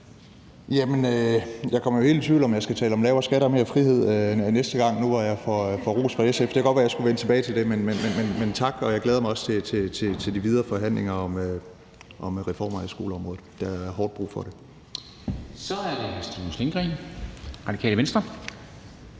jeg kommer jo helt i tvivl, om jeg skal tale om lavere skatter og mere frihed næste gang, nu hvor jeg får ros fra SF. Det kan godt være, jeg skulle vende tilbage til det. Men tak, og jeg glæder mig også til de videre forhandlinger om reformer af skoleområdet. Der er hårdt brug for det. Kl. 17:23 Formanden (Henrik Dam Kristensen):